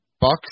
bucks